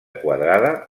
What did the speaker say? quadrada